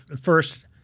first